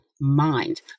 mind